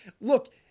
Look